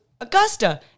Augusta